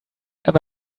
have